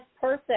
person